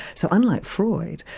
so unlike freud,